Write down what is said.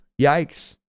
Yikes